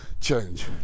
change